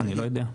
אני לא יודע.